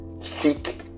Seek